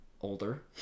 older